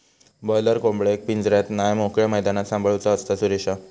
boiler कोंबडेक पिंजऱ्यात नाय मोकळ्या मैदानात सांभाळूचा असता, सुरेशा